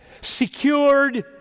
secured